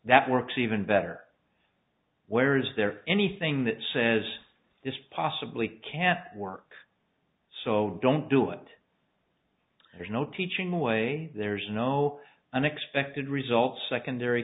that works even better where is there anything that says this possibly can't work so don't do it there's no teaching way there's no unexpected result secondary